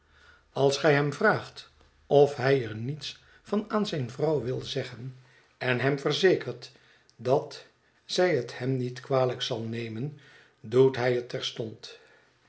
als gij hem vraagt of hij er niets van aan zijn vrouw wil zeggen en hem verzekert dat zij het hem niet kwalijk zal nemen doet hij het terstond